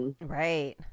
Right